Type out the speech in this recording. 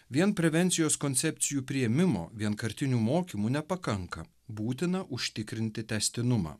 vien prevencijos koncepcijų priėmimo vienkartinių mokymų nepakanka būtina užtikrinti tęstinumą